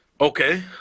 Okay